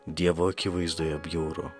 dievo akivaizdoje bjauru